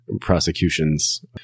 prosecution's